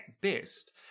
best